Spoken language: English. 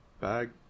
bag